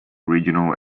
regional